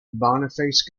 boniface